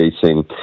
facing